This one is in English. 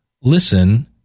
listen